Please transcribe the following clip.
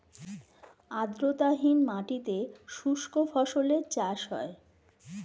আর্দ্রতাহীন মাটিতে শুষ্ক ফসলের চাষ হয়